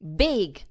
big